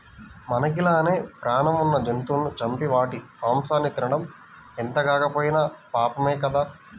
మనకి లానే పేణం ఉన్న జంతువులను చంపి వాటి మాంసాన్ని తినడం ఎంతగాకపోయినా పాపమే గదా